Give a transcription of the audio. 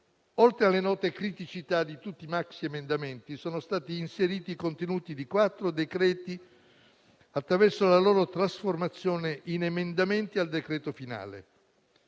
oltre alle note criticità di tutti i maxiemendamenti, sono stati inseriti i contenuti di quattro decreti-legge attraverso la loro trasformazione in emendamenti al testo finale.